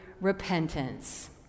repentance